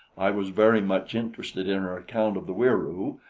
i was very much interested in her account of the wieroo,